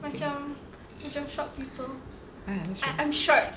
okay ya that's right